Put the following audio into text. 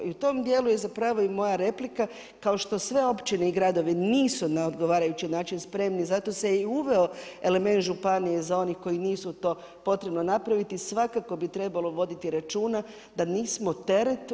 I u tom djelu je zapravo i moja replika, kao što sve općine i gradovi nisu na odgovarajući način spremni zato se i uveo element županije za one koji nisu to potrebno napraviti, svakako bi trebalo voditi računa da nismo teret.